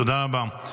תודה רבה.